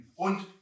und